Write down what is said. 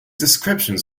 descriptions